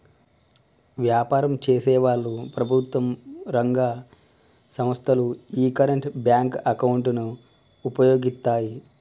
వ్యాపారం చేసేవాళ్ళు, ప్రభుత్వం రంగ సంస్ధలు యీ కరెంట్ బ్యేంకు అకౌంట్ ను వుపయోగిత్తాయి